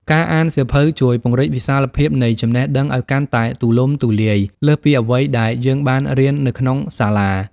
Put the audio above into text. ការអានសៀវភៅជួយពង្រីកវិសាលភាពនៃចំណេះដឹងឱ្យកាន់តែទូលំទូលាយលើសពីអ្វីដែលយើងបានរៀននៅក្នុងសាលា។